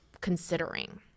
considering